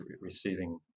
receiving